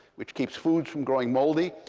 which keeps food from growing moldy,